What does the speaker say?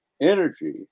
energy